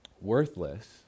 worthless